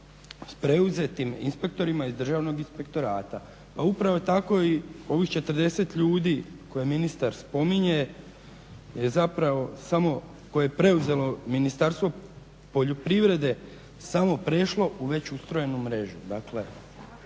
s preuzetim inspektorima iz Državnog inspektorata. Pa upravo tako i ovih 40 ljudi koje ministar spominje je zapravo samo koje je preuzelo Ministarstvo poljoprivrede samo prešlo u već ustrojenu mrežu.